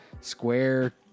Square